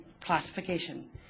classification